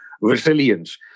resilience